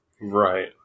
Right